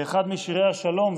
באחד משירי השלום,